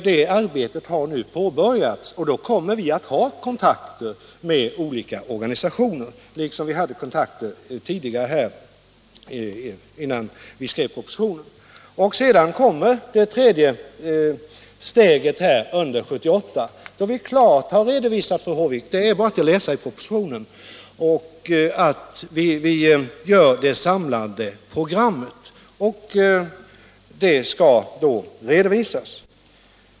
Det arbetet har nu påbörjats, och vi kommer att ta kontakt med olika organisationer, liksom vi hade sådana kontakter tidigare, innan vi skrev propositionen. Det tredje steget kommer under 1978. Detta är klart redovisat, fru Håvik; det är bara att läsa i propositionen, där vi har det samlade programmet som senare skall redovisas.